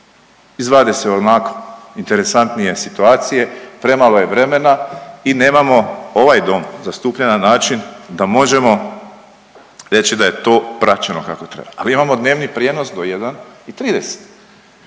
Izvade se onako interesantnije situacije, premalo je vremena i nemamo ovaj dom zastupljen na način da možemo reći da je to praćeno kako treba. Ali imamo dnevni prijenos do 1 i 30.